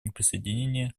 неприсоединения